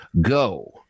go